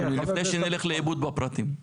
לפני שנלך לאיבוד בפרטים,